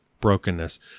brokenness